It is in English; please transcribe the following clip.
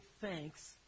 thanks